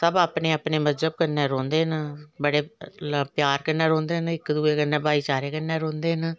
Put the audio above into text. सब अपने अपने मजहब कन्नै रौंहदे न बडे़ प्यार कन्नै रौंहदे ना इक दुऐ कन्नै भाईचारे कन्नै रौंहदे न